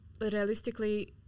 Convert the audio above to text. realistically